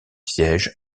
siège